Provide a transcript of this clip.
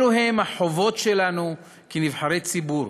אלו הן החובות שלנו כנבחרי ציבור,